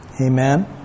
Amen